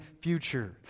future